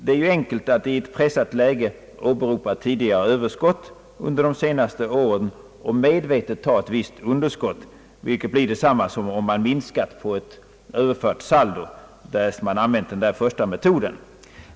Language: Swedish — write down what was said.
Det är ju enkelt att i ett pressat läge åberopa tidigare överskott under de senaste åren och medvetet ha ett visst underskott, vilket blir detsamma som att minska på ett överfört saldo, därest man använt den förstnämnda metoden.